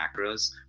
macros